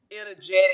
energetic